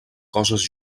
coses